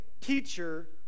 teacher